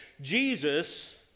Jesus